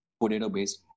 potato-based